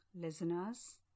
Listeners